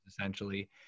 essentially